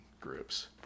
groups